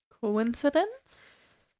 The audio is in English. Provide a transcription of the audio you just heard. Coincidence